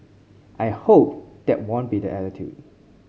I hope there won't be the attitude